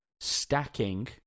stacking